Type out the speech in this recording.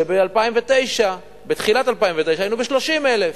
כשב-2009, בתחילת 2009, היינו ב-30,000.